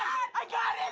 i got